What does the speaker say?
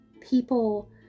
people